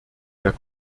der